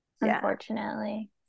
unfortunately